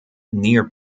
near